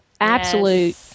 absolute